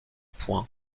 point